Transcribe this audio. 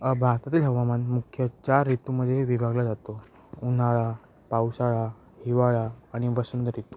भारतातील हवामान मुख्य चार ऋतूमध्ये विभागला जातो उन्हाळा पावसाळा हिवाळा आणि वसंत ऋतू